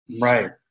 Right